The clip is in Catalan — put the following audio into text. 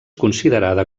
considerada